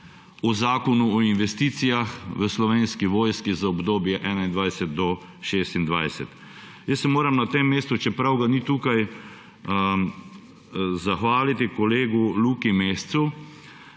o Zakonu o investicijah v Slovenski vojski za obdobje 2021–2026. Jaz se moram na tem mestu, čeprav ga ni tukaj, zahvaliti kolegu Luki Mescu